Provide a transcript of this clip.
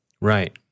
right